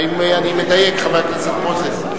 האם אני מדייק, חבר הכנסת מוזס?